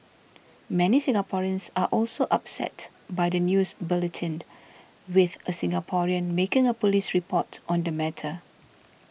many Singaporeans are also upset by the news bulletin with a Singaporean making a police report on the matter